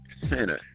Santa